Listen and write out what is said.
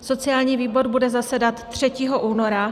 Sociální výbor bude zasedat 3. února.